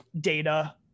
data